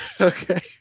okay